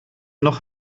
noch